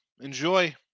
Enjoy